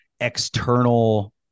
external